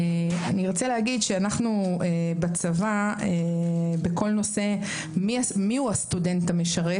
אנחנו בצבא, בכל הנושא של מיהו הסטודנט המשרת